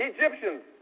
Egyptians